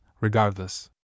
regardless